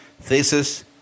thesis